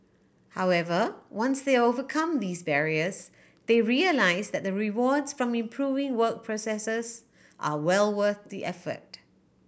however once they overcome these barriers they realise that the rewards from improving work processes are well worth the effort